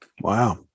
Wow